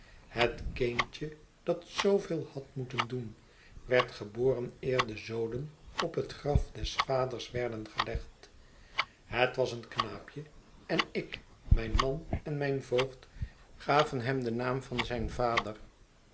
het kindje dat zooveel had moeten doen werd geboren eer de zoden op het graf des vaders werden gelegd het was een knaapje en ik mijn man en mijn voogd gaven hem den naam van zijn vader